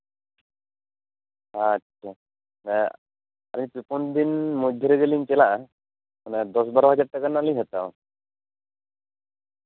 ᱟᱪᱪᱷᱟ ᱦᱮᱸ ᱟᱞᱤᱧ ᱯᱮ ᱯᱩᱱ ᱫᱤᱱ ᱢᱚᱫᱽᱫᱷᱮ ᱨᱮᱜᱮ ᱞᱤᱧ ᱪᱟᱞᱟᱜᱼᱟ ᱫᱚᱥ ᱵᱟᱨᱚ ᱦᱟᱡᱟᱨ ᱴᱟᱠᱟ ᱨᱮᱱᱟᱜ ᱞᱤᱧ ᱦᱟᱛᱟᱣᱟ